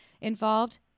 involved